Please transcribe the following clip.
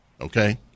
Okay